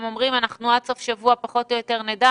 אומרים: אנחנו עד סוף השבוע פחות או יותר נדע.